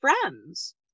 friends